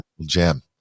jam